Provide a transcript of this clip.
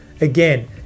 Again